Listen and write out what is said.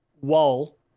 wall